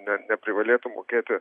ne neprivalėtų mokėti